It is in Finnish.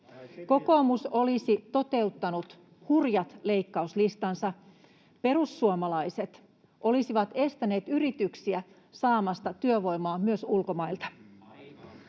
Kokoomus olisi toteuttanut hurjat leikkauslistansa. Perussuomalaiset olisivat estäneet yrityksiä saamasta työvoimaa myös ulkomailta.